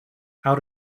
how